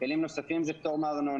כלים נוספים זה פטור מארנונה.